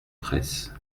presse